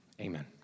Amen